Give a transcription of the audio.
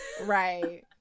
Right